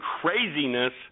craziness